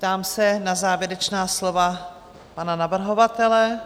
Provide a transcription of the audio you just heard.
Ptám se na závěrečná slova pana navrhovatele.